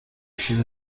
چیز